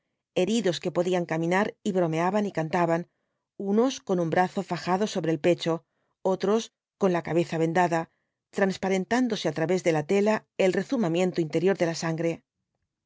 heridos que podían caminar y bromeaban y cantaban unos con un brazo fajado sobre el pecho otros con la cabeza vendada transparentarse á través de la tela el rezumamiento interior de la sangre